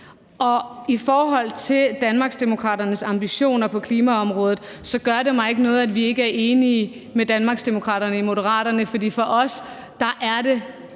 I forhold til Danmarksdemokraternes ambitioner på klimaområdet gør det mig ikke noget, at vi i Moderaterne ikke er enige med Danmarksdemokraterne. For os er det